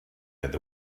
that